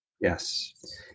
Yes